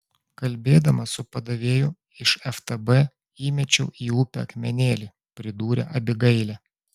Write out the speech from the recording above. kalbėdama su padavėju iš ftb įmečiau į upę akmenėlį pridūrė abigailė